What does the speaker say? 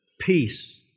peace